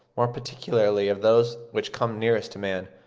more particularly of those which come nearest to man,